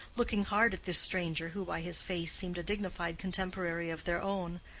looking hard at this stranger who by his face seemed a dignified contemporary of their own,